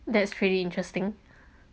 that's pretty interesting